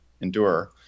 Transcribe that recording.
endure